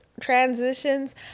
transitions